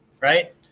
right